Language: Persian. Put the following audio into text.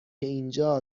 اینجا